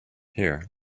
here